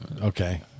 Okay